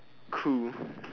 cool